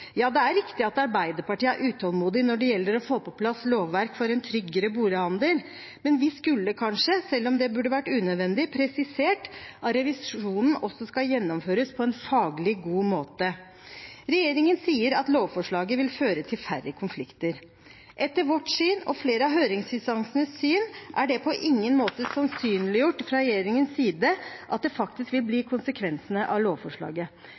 Ja, det er riktig at Arbeiderpartiet er utålmodig når det gjelder å få på plass lovverk for en tryggere bolighandel, men vi skulle kanskje – selv om det burde vært unødvendig – presisert at revisjonen også skal gjennomføres på en faglig god måte. Regjeringen sier at lovforslaget vil føre til færre konflikter. Etter vårt syn og flere av høringsinstansenes syn er det på ingen måte sannsynliggjort fra regjeringens side at det faktisk vil bli konsekvensene av lovforslaget.